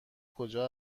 کجا